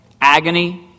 agony